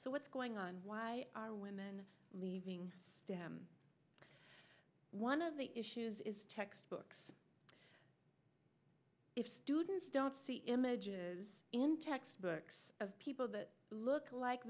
so what's going on why are women leaving one of the issues is textbooks if students don't see images in textbooks of people that look like